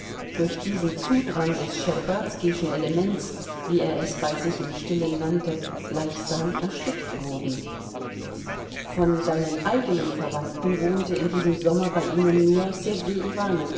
durch diesen zudrang des schtscherbazkischen elementes wie er es bei sich im stillen nannte gleichsam erstickt wurden von seinen eigenen verwandten wohnte in diesem sommer bei ihnen nur